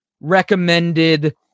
recommended